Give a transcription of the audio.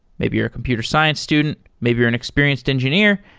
maybe you're a computer science student, maybe you're an experienced engineer,